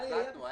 מאי היה בפנים.